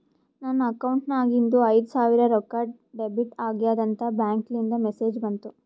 ನನ್ ಅಕೌಂಟ್ ನಾಗಿಂದು ಐಯ್ದ ಸಾವಿರ್ ರೊಕ್ಕಾ ಡೆಬಿಟ್ ಆಗ್ಯಾದ್ ಅಂತ್ ಬ್ಯಾಂಕ್ಲಿಂದ್ ಮೆಸೇಜ್ ಬಂತು